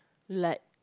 like